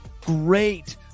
Great